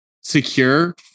secure